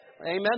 Amen